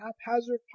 haphazard